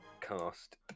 cast